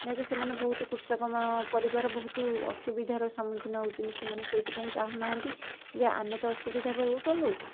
ଯେହେତୁ ସେମାନେ ବହୁତ କୃଷକ ପରିବାର ବହୁତ ଅସୁବିଧାର ସମ୍ମୁଖୀନ ହେଉଛନ୍ତି ସେମାନେ ସେଇଥିପାଇଁ ଚାହୁଁ ନାହାନ୍ତି ଯେ ଆମେ ତ ଅସୁବିଧା ଭୋଗ କଲୁ